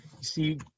See